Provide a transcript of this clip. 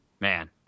man